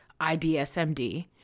IBSMD